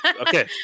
Okay